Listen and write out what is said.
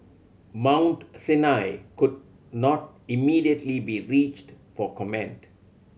Mount Sinai could not immediately be reached for comment